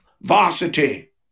varsity